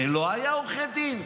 ולא היו עורך דין.